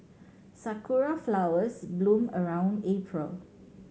sakura flowers bloom around April